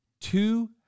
two